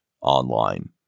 online